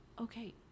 okay